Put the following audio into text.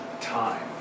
time